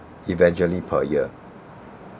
eventually per year